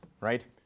right